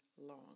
long